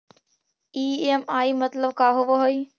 EMI मतलब का होब हइ?